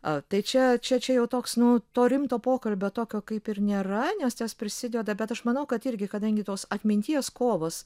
a tai čia čia jau toks nu to rimto pokalbio tokio kaip ir nėra nes tas prisideda bet aš manau kad irgi kadangi tos atminties kovos